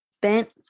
bent